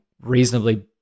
reasonably